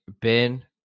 Ben